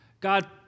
God